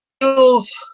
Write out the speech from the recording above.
feels